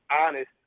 honest